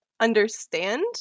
understand